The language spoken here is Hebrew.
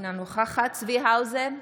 אינה נוכחת צבי האוזר,